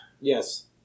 Yes